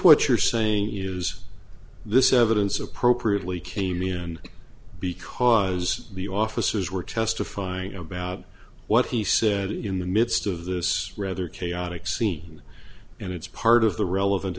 what you're saying is this evidence appropriately came in because the officers were testifying about what he said in the midst of this rather chaotic scene and it's part of the relevant